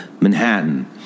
Manhattan